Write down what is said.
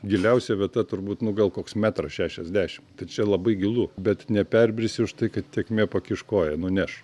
giliausia vieta turbūt nu gal koks metras šešiasdešimt tad čia labai gilu bet neperbrisi už tai kad tėkmė pakiš koją nuneš